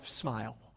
smile